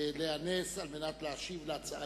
לאה נס, על מנת להשיב על ההצעה